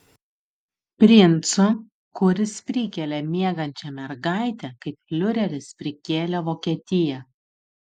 princu kuris prikelia miegančią mergaitę kaip fiureris prikėlė vokietiją